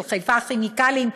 של "חיפה כימיקלים",